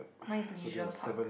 mine is leisure park